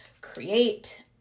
create